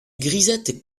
grisettes